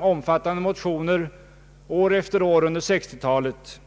omfattande motioner år efter år under 1960-talet.